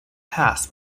pass